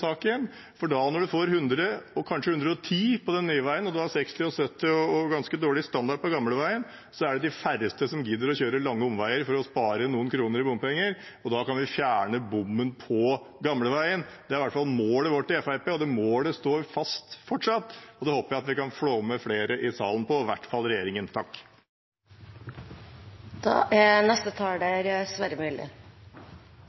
saken. For når en får 100 km/t, kanskje 110 km/t, på den nye veien, og en har 60 km/t og 70 km/t og ganske dårlig standard på gamleveien, er det de færreste som gidder å kjøre lange omveier for å spare noen kroner i bompenger, og da kan vi fjerne bommen på gamleveien. Det er i hvert fall målet vårt i Fremskrittspartiet. Det målet står fortsatt fast, og det håper jeg vi kan få med flere i salen på, i hvert fall regjeringen.